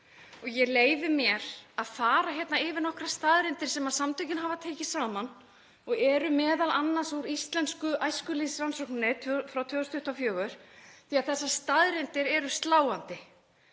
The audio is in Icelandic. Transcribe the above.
Ég leyfi mér að fara yfir nokkrar staðreyndir sem samtökin hafa tekið saman og eru m.a. úr íslensku æskulýðsrannsókninni frá 2024, því að þessar staðreyndir eru sláandi.